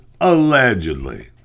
allegedly